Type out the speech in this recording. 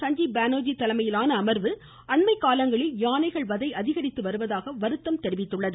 சஞ்சீப் பேனர்ஜி தலைமையிலான அமர்வு அண்மை காலங்களில் யானைகள் வதை அதிகரித்து வருவதாக வருத்தம் தெரிவித்தனர்